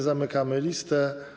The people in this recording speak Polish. Zamykam listę.